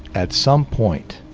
at some point,